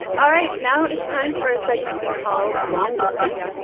all right. now it's time for a segment we call long distance.